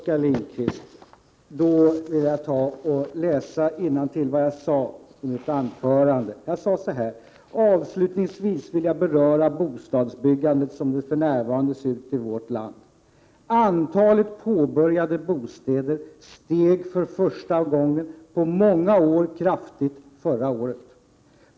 Jag vill läsa upp vad jag sade i mitt inledningsanförande. Jag sade: ”Avslutningsvis vill jag något beröra bostadsbyggandet som det ser ut för närvarande i vårt land. Antalet påbörjade lägenheter steg för första gången på många år kraftigt förra året.